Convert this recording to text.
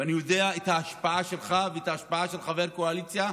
ואני יודע מה ההשפעה שלך ומה ההשפעה של חבר קואליציה,